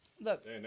Look